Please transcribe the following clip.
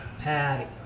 patty